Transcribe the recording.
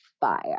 fire